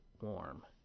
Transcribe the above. warm